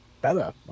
better